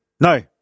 No